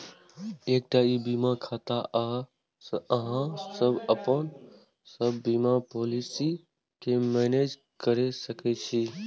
एकटा ई बीमा खाता सं अहां अपन सब बीमा पॉलिसी कें मैनेज कैर सकै छी